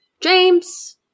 James